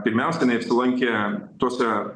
pirmiausia jinai apsilankė tose